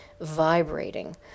vibrating